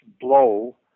blow